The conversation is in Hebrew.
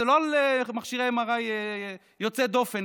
זה לא למכשירי MRI יוצאי דופן,